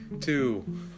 two